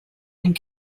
and